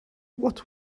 what